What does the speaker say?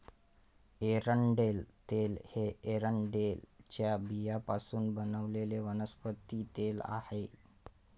एरंडेल तेल हे एरंडेलच्या बियांपासून बनवलेले वनस्पती तेल आहे